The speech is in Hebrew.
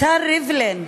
השר לוין,